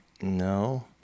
no